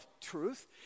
truth